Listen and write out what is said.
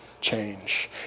change